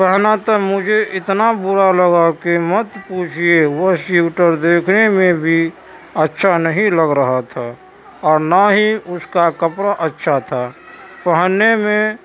پہنا تھا مجھے اتنا برا لگا کہ مت پوچھیے وہ شیوٹر دیکھنے میں بھی اچھا نہیں لگ رہا تھا اور نہ ہی اس کا کپڑا اچھا تھا پہننے میں